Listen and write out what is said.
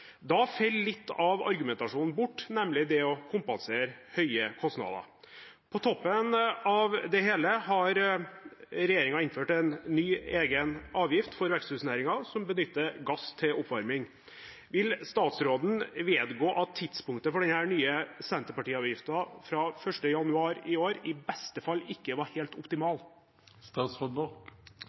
Da faller litt av argumentasjonen bort, nemlig det å kompensere høye kostnader. På toppen av det hele har regjeringen innført en ny, egen avgift for de i veksthusnæringen som benytter gass til oppvarming. Vil statsråden vedgå at tidspunktet for denne nye Senterparti-avgiften fra 1. januar i år i beste fall ikke var helt